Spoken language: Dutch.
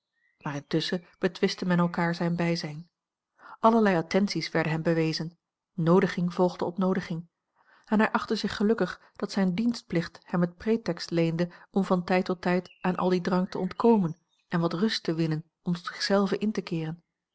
maar intusschen betwistte men elkaar zijn bijzijn allerlei attenties werden hem bewezen noodiging volgde op noodiging en hij achtte zich gelukkig dat zijn dienstplicht hem het pretext leende om van tijd tot tijd aan al dien drang te ontkomen en wat rust te winnen om tot zich zelven in te keeren